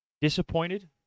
disappointed